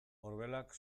orbelak